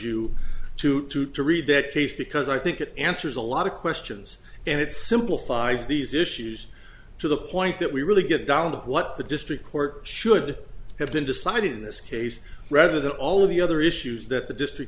you to to read that case because i think it answers a lot of questions and it simplifies these issues to the point that we really get down to what the district court should have been decided in this case rather than all of the other issues that the district